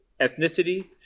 ethnicity